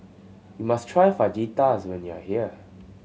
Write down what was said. you must try Fajitas when you are here